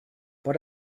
but